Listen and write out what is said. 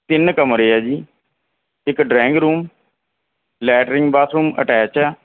ਤਿੰਨ ਕਮਰੇ ਆ ਜੀ ਇੱਕ drawing room latrine bathroom attach ਆ